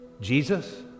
Jesus